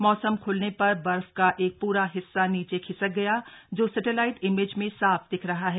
मौसम ख्लने पर बर्फ का एक प्रा हिस्सा नीचे खिसक गया जो सैटेलाइट इमेज में साफ दिख रहा है